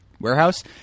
warehouse